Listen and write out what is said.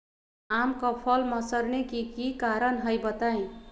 आम क फल म सरने कि कारण हई बताई?